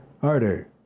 harder